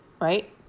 Right